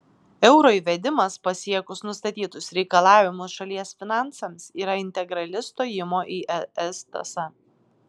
euro įvedimas pasiekus nustatytus reikalavimus šalies finansams yra integrali stojimo į es tąsa